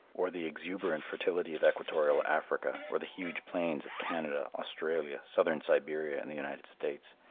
or the exuberant fertility of equatorial africa or the huge plains of canada, australia, southern siberia and the united states,